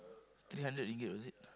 three hundred ringgit was it